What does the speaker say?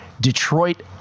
Detroit